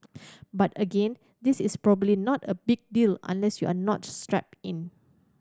but again this is probably not a big deal unless you are not strapped in